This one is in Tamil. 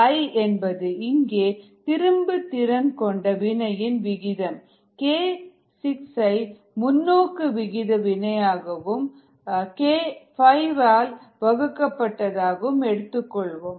KIஎன்பது இங்கே திரும்ப திறன்கொண்ட வினையின் விகிதம் k6 ஐ முன்னோக்கு வினையின் விகிதம் k5 ஆல் வகுக்கப் பட்டதாகும்